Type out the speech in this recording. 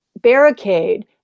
barricade